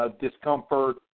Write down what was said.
discomfort